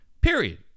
period